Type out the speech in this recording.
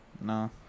No